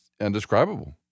indescribable